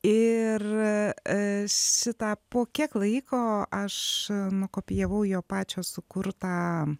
ir šitą po kiek laiko aš nukopijavau jo pačios sukurtą